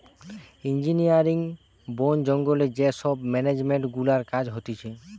engineering, বোন জঙ্গলে যে সব মেনেজমেন্ট গুলার কাজ হতিছে